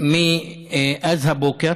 מאז הבוקר